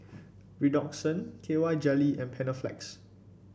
Redoxon K Y Jelly and Panaflex